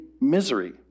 misery